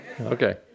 Okay